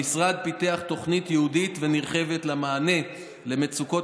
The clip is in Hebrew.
המשרד פיתח תוכנית ייעודית נרחבת למענה למצוקות